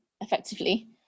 effectively